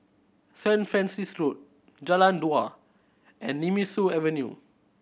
Saint Francis Road Jalan Dua and Nemesu Avenue